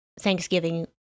Thanksgiving